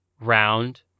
round